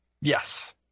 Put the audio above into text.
Yes